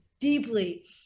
deeply